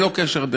ללא קשר,